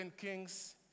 Kings